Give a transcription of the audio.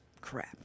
crap